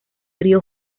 río